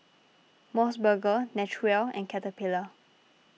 Mos Burger Naturel and Caterpillar